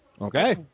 Okay